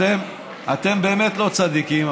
אתם באמת לא צדיקים,